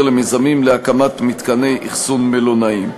למיזמים להקמת מתקני אכסון מלונאיים.